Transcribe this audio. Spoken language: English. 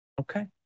okay